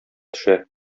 төшә